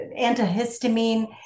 antihistamine